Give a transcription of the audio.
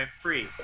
free